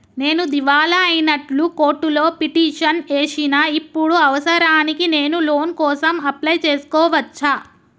నేను దివాలా అయినట్లు కోర్టులో పిటిషన్ ఏశిన ఇప్పుడు అవసరానికి నేను లోన్ కోసం అప్లయ్ చేస్కోవచ్చా?